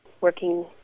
working